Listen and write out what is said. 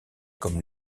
comme